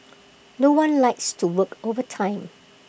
no one likes to work overtime